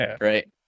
Right